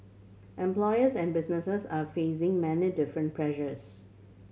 employers and businesses are facing many different pressures